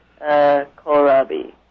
Kohlrabi